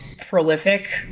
prolific